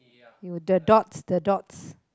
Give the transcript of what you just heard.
you the dots the dots